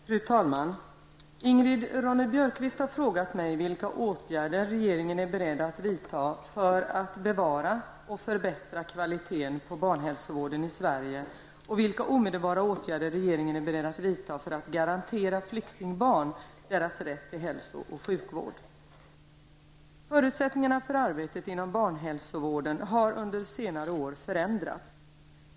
Fru talman! Ingrid Ronne-Björkqvist har frågat mig vilka åtgärder regeringen är beredd att vidta för att bevara och förbättra kvaliteten på barnhälsovården i Sverige och vilka omedelbara åtgärder regeringen är beredd att vidta för att garantera flyktingbarn deras rätt till hälso och sjukvård. Förutsättningarna för arbetet inom barnhälsovården har under senare år förändrats.